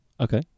Okay